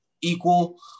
equal